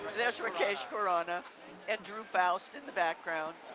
there's rakesh khurana and drew faust in the background.